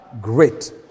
great